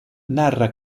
narra